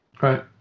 Right